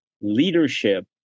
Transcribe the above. leadership